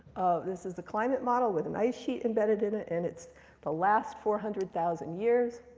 this is the climate model with an ice sheet embedded in it. and it's the last four hundred thousand years.